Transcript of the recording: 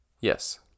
Yes